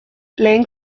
lehen